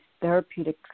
therapeutic